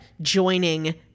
joining